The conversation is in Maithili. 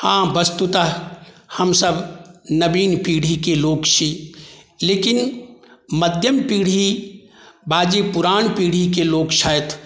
हँ वस्तुतः हमसब नवीन पीढ़ीके लोक छी लेकिन मध्यम पीढ़ी वा जे पुरान पीढ़ीके लोक छथि